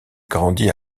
grandit